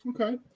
okay